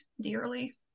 dearly